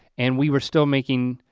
and we were still making.